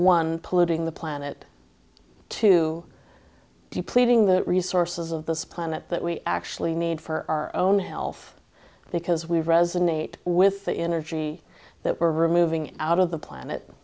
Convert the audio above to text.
one polluting the planet to depleting the resources of this planet that we actually need for our own health because we resonate with the energy that we're removing out of the planet